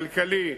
כלכלי,